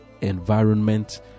environment